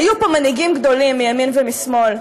היו פה מנהיגים גדולים מימין ומשמאל,